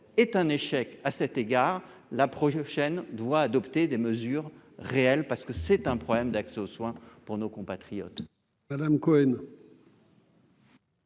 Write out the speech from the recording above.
est un échec, à cet égard la prochaine doit adopter des mesures réelles parce que c'est un problème d'accès aux soins pour nos compatriotes. Madame Cohen.